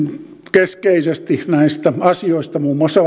keskeisesti näistä asioista muun muassa